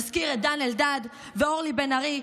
נזכיר את דן אלדד ואורלי בן ארי,